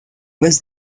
was